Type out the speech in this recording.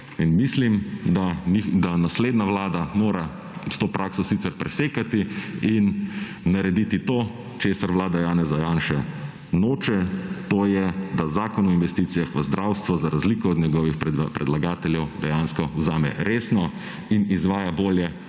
mislim, da naslednja vlada mora s to prakso sicer presekati in narediti to, česar Vlada Janeza Janše noče, to je, da zakon o investicijah v zdravstvo za razliko od njegovih predlagateljev dejansko vzame resno in izvaja bolje,